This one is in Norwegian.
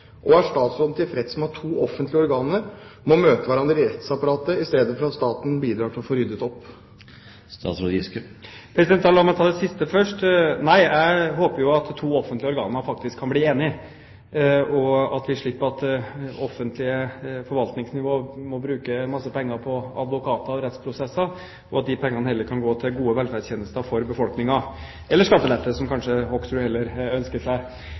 og er statsråden tilfreds med at to offentlige organer må møte hverandre i rettsapparatet i stedet for at staten må bidra for å få ryddet opp?» La meg ta det siste først. Nei, jeg håper jo at to offentlige organer faktisk kan bli enige, og at offentlige forvaltningsnivåer slipper å bruke masse penger på advokater og rettsprosesser, slik at de pengene heller kan gå til gode velferdstjenester for befolkningen – eller til skattelette, som representanten Hoksrud kanskje heller ønsker seg.